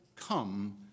come